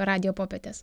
radijo popietės